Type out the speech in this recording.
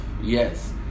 yes